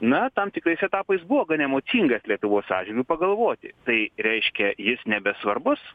na tam tikrais etapais buvo gan emocingas lietuvos atžvilgiu pagalvoti tai reiškia jis nebesvarbus